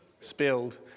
spilled